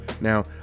Now